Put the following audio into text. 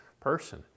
person